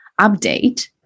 update